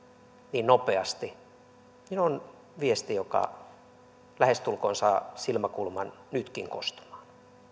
niin nopeasti on viesti joka lähestulkoon saa silmäkulman nytkin kostumaan